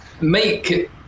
make